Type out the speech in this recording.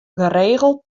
geregeld